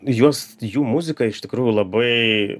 juos jų muzika iš tikrųjų labai